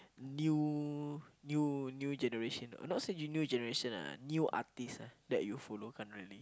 new new new generation not say new generation ah new artiste ah that you follow currently